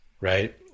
right